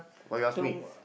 what you ask me